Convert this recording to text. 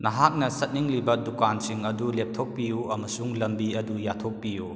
ꯅꯍꯥꯛꯅ ꯆꯠꯅꯤꯡꯂꯤꯕ ꯗꯨꯀꯥꯟꯁꯤꯡ ꯑꯗꯨ ꯂꯦꯞꯊꯣꯛꯄꯤꯌꯨ ꯑꯃꯁꯨꯡ ꯂꯝꯕꯤ ꯑꯗꯨ ꯌꯥꯠꯊꯣꯛꯄꯤꯌꯨ